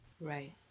Right